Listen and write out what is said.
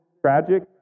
tragic